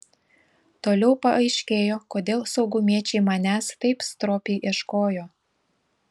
toliau paaiškėjo kodėl saugumiečiai manęs taip stropiai ieškojo